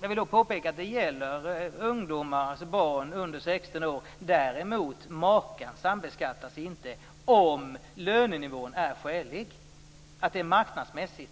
Jag vill påpeka att det gäller barn under 16 år. Makar sambeskattas däremot inte om lönenivån är skälig och marknadsmässig.